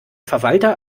verwalter